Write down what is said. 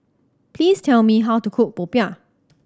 please tell me how to cook popiah